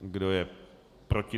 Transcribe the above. Kdo je proti?